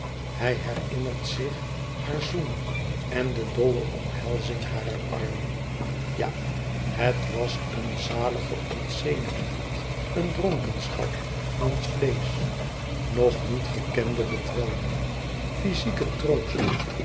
hij herinnert zich haar zoen en de dolle omhelzing harer armen ja het was eene zalige ontzenuwing een dronkenschap van het vleesch nog niet bekende bedwelming fyzieke troost